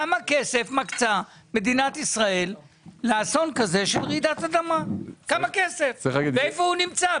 כמה כסף מקצה מדינת ישאל לאסון של רעידת אדמה ואיפה הוא נמצא,